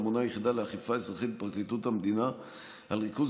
אמונה היחידה לאכיפה אזרחית בפרקליטות המדינה על ריכוז